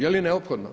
Jeli neophodno?